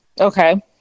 Okay